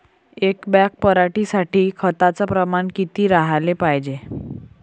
एक बॅग पराटी साठी खताचं प्रमान किती राहाले पायजे?